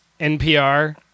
NPR